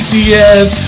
Diaz